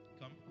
Come